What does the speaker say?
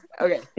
Okay